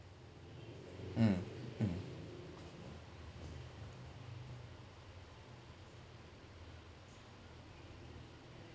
mm mm